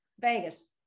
Vegas